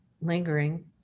lingering